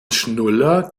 schnuller